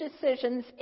decisions